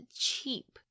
cheap